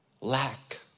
Lack